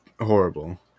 horrible